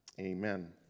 Amen